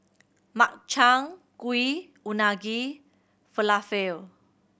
Makchang Gui Unagi Falafel